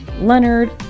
Leonard